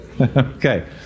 Okay